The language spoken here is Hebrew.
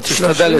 אבל תשתדל,